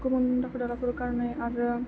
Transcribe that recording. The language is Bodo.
गुबुन दाखोर दालाफोर गारनाय आरो